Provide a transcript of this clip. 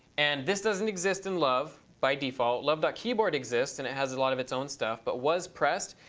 and this doesn't exist in love by default. love but keyboard exists and it has a lot of its own stuff, but was pressed?